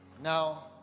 now